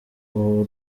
ubu